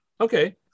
Okay